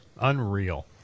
Unreal